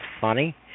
funny